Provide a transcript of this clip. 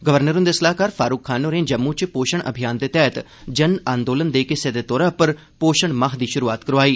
governor हुंदे सलाहकार फारूक खान होरें जम्मू च पोषण अभियान दे तैहत जन आंदोलन दे इक हिस्से दे तौर उप्पर पोषण माह दी शुरुआत करोआई